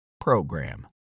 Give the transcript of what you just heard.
program